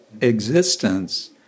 existence